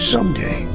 Someday